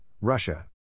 Russia